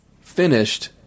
finished